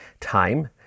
time